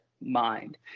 mind